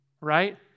right